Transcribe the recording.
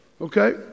Okay